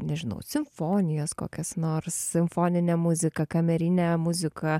nežinau simfonijas kokias nors simfoninę muziką kamerinę muziką